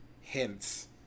hints